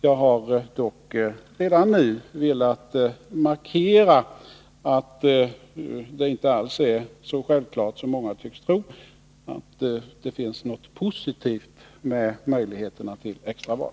Jag har dock redan nu velat markera att det inte alls är så självklart som många tycks tro att det ligger något positivt i möjligheterna till extraval.